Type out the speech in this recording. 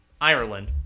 Ireland